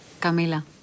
Camila